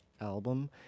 album